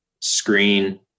screen